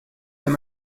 that